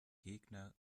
gegner